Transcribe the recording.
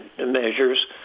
measures